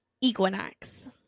Equinox